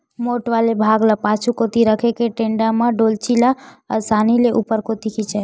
मोठ वाले भाग ल पाछू कोती रखे के टेंड़ा म डोल्ची ल असानी ले ऊपर कोती खिंचय